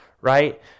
right